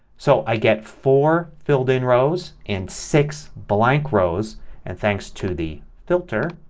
so i get four filled in rows and six blank rows and thanks to the filter